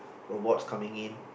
robots coming in